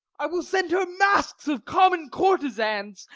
i will send her masques of common courtezans,